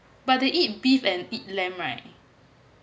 but they eat beef and lamb right